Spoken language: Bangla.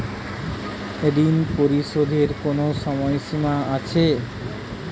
ঋণ পরিশোধের কোনো সময় সীমা আছে?